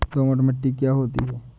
दोमट मिट्टी क्या होती हैं?